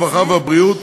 הרווחה והבריאות,